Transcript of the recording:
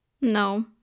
no